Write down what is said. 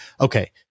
okay